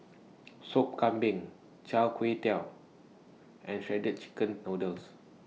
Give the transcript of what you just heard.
Sop Kambing Chai Tow Kuay and Shredded Chicken Noodles